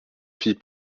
fit